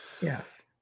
yes